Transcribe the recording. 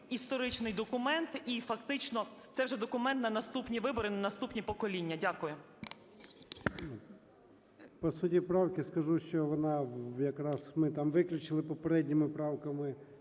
історичний документ. І фактично це вже документ на наступні вибори, на наступні покоління. Дякую. 11:26:23 ЧЕРНЕНКО О.М. По суті правки скажу, що вона, якраз ми там виключили попередніми правками